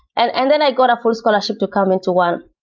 and and then i got a full scholarship to come into one.